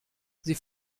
sie